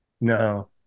No